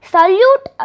Salute